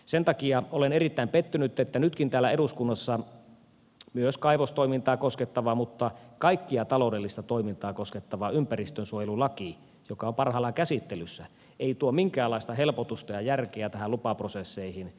sen takia olen erittäin pettynyt että nytkin täällä eduskunnassa myös kaivostoimintaa koskettava mutta kaikkea taloudellista toimintaa koskettava ympäristönsuojelulaki joka on parhaillaan käsittelyssä ei tuo minkäänlaista helpotusta ja järkeä näihin lupaprosesseihin